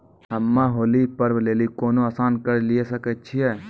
हम्मय होली पर्व लेली कोनो आसान कर्ज लिये सकय छियै?